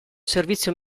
servizio